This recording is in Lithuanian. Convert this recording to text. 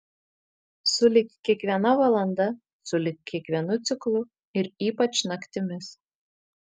sulig kiekviena valanda sulig kiekvienu ciklu ir ypač naktimis